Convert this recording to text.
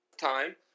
time